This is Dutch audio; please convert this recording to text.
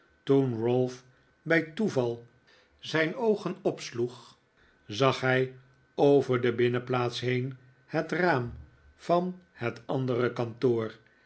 toen ralph bij toeval zijn oogen opsloeg zag hij over de binnenplaats heen het raam van het andere kantoor